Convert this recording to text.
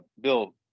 Bill